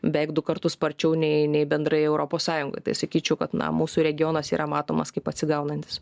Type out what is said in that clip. beveik du kartus sparčiau nei nei bendrai europos sąjungoj tai sakyčiau kad na mūsų regionas yra matomas kaip atsigaunantis